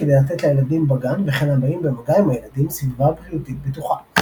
כדי לתת לילדים בגן וכן לבאים במגע עם הילדים סביבה בריאותית בטוחה.